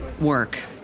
work